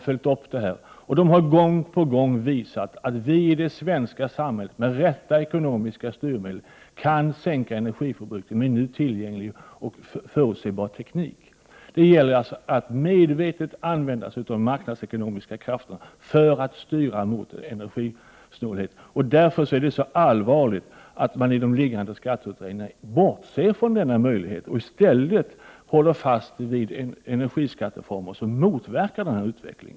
Författarna har gång på gång visat att vi i det svenska samhället med de rätta ekonomiska styrmedlen kan sänka energiförbrukningen med nu tillgänglig teknik och med sådan som man kan förutse en utveckling av. Det gäller att medvetet använda sig av de marknadsekonomiska krafterna för att styra mot energisnålhet. Därför är det allvarligt att man i de pågående skatteutredningarna bortser från denna möjlighet och i stället håller fast vid energiskatteformer som motverkar denna utveckling.